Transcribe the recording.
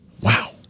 Wow